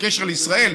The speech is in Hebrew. הקשר לישראל,